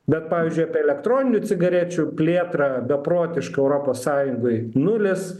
bet pavyzdžiui apie elektroninių cigarečių plėtrą beprotišką europos sąjungoj nulis